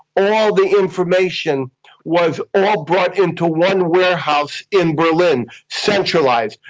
all the information was all brought into one warehouse in berlin, centralised.